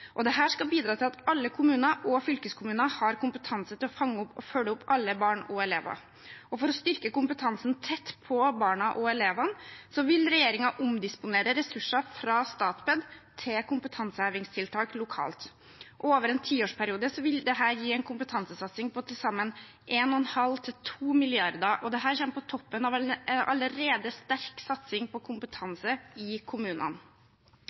skal bidra til at alle kommuner og fylkeskommuner har kompetanse til å fange opp og følge opp alle barn og elever. For å styrke kompetansen tett på barna og elevene vil regjeringen omdisponere ressurser fra Statped til kompetansehevingstiltak lokalt. Over en tiårsperiode vil dette gi en kompetansesatsing på til sammen 1,5–2 mrd. kr, og det kommer på toppen av en allerede sterk satsing på kompetanse i kommunene.